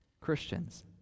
Christians